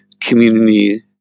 community